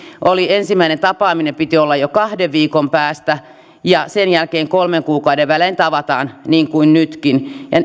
ensimmäisen tapaamisen pitäisi olla jo kahden viikon päästä ja sen jälkeen kolmen kuukauden välein tavataan niin kuin nytkin